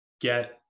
get